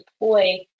deploy